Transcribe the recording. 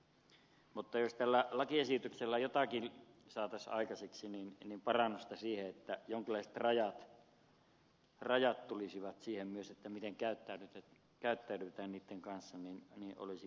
mutta jos tällä lakiesityksellä jotakin saataisiin aikaiseksi niin parannus siihen että jonkinlaiset rajat tulisivat siihen myös miten käyttäydytään niitten kanssa olisi tervetullut